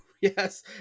Yes